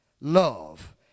love